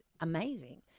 amazing